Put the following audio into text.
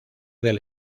del